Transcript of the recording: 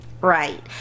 right